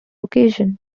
occasion